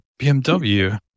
BMW